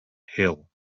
hill